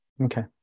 Okay